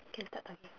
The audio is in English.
can start talking